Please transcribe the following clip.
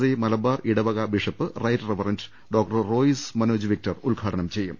I Malabar ഇടവക bishop right reverend doctor Royce Manoj Victor ഉദ്ഘാടനം ചെയ്യും